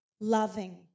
loving